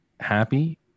Happy